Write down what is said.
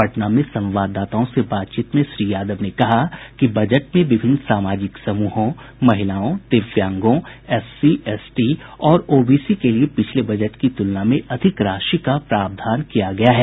पटना में संवाददाताओं से बातचीत में श्री यादव ने कहा कि बजट में विभिन्न सामाजिक समूहों महिलाओं दिव्यांगों एससी एसटी और ओबीसी के लिये पिछले बजट की तुलना में अधिक राशि का प्रावधान किया गया है